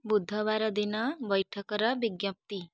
ବୁଧବାର ଦିନ ବୈଠକର ବିଜ୍ଞପ୍ତି